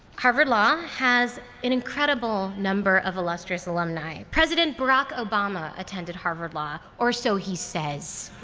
harvard law has an incredible number of illustrious alumni. president barack obama attended harvard law, or so he says.